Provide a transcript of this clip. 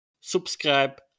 Subscribe